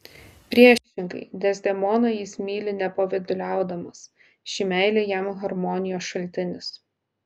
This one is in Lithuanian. priešingai dezdemoną jis myli nepavyduliaudamas ši meilė jam harmonijos šaltinis